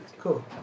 Cool